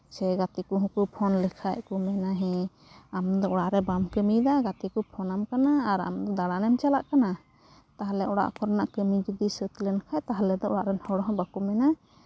ᱥᱮ ᱜᱟᱛᱮ ᱠᱚᱦᱚᱸ ᱠᱚ ᱯᱷᱳᱱ ᱞᱮᱠᱷᱟᱡ ᱠᱚ ᱢᱮᱱᱟ ᱦᱮᱸ ᱟᱢᱫᱚ ᱚᱲᱟᱜ ᱨᱮ ᱵᱟᱢ ᱠᱟᱹᱢᱤᱭᱫᱟ ᱜᱟᱛᱮ ᱠᱚ ᱯᱷᱳᱱᱟᱢ ᱠᱟᱱᱟ ᱟᱨ ᱟᱢᱫᱚ ᱫᱟᱬᱟᱱ ᱮᱢ ᱪᱟᱞᱟᱜ ᱠᱟᱱᱟ ᱛᱟᱦᱚᱞᱮ ᱚᱲᱟᱜ ᱠᱚᱨᱮᱱᱟᱜ ᱠᱟᱹᱢᱤ ᱡᱚᱫᱤ ᱥᱟᱹᱛ ᱞᱮᱱᱠᱷᱟᱡ ᱛᱟᱦᱚᱞᱮ ᱫᱚ ᱚᱲᱟᱜ ᱨᱮᱱ ᱦᱚᱲ ᱦᱚᱸ ᱵᱟᱠᱚ ᱢᱮᱱᱟ